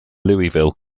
louisville